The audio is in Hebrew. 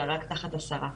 אלא רק תחת השרה.